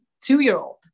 two-year-old